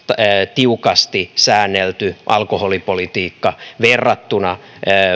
tiukasti säännelty alkoholipolitiikka verrattuna